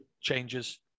changes